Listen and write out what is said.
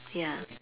ya